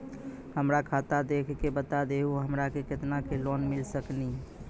हमरा खाता देख के बता देहु हमरा के केतना के लोन मिल सकनी?